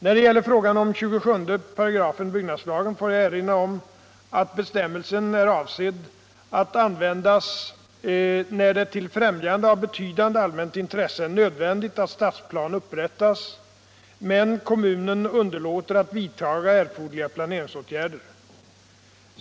När det gäller frågan om 27 § BL får jag erinra om att bestämmelsen är avsedd att användas när det till främjande av betydande allmänt intresse är nödvändigt att stadsplan upprättas men kommunen underlåter att vidtaga erforderliga planeringsåtgärder.